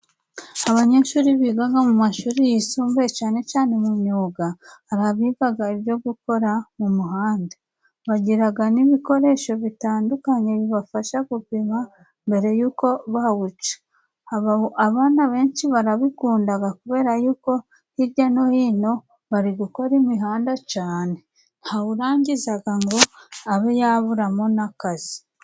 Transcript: Abanyeshuri bigaga mu mashuri yisumbuye cane cane mu myuga, hari abigaga ibyo gukora mu muhanda, bagiraga n'ibikoresho bitandukanye bibafasha gupima mbere y'uko bawuca. Abana benshi barabikundaga kubera y'uko hirya no hino bari gukora imihanda cane, ntawe urangizaga ngo abe yaburamo n'akazi.